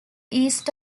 east